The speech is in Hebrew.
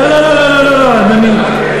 לא לא לא לא לא, אדוני.